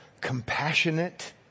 compassionate